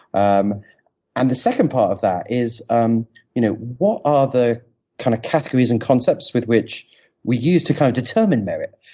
um and the second part of that is um you know what are the kind of categories and concepts with which we use to kind of determine merit?